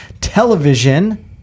television